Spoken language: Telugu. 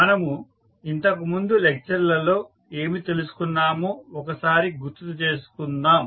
మనము ఇంతకు ముందు లెక్చర్ లలో ఏమి తెలుసుకున్నామో ఒకసారి గుర్తుచేసుకుందాం